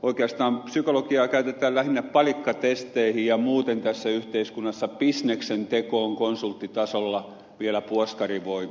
oikeastaan psykologiaa käytetään lähinnä palikkatesteihin ja muuten tässä yhteiskunnassa bisneksen tekoon konsulttitasolla vielä puoskarivoimin